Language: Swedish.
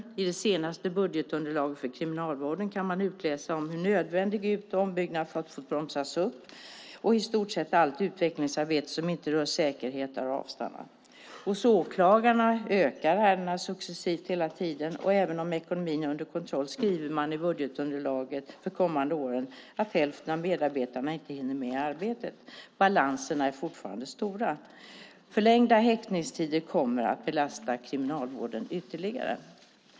Av det senaste budgetunderlaget för Kriminalvården kan man utläsa hur nödvändig ut och ombyggnad bromsas upp, och i stort sett allt utvecklingsarbete som inte rör säkerhet har avstannat. Hos åklagarna ökar ärendena successivt, och även om ekonomin är under kontroll skriver man i budgetunderlaget för de kommande åren att hälften av medarbetarna inte hinner med arbetet. Obalanserna är fortfarande stora. Förlängda häktningstider kommer att belasta Kriminalvården ytterligare.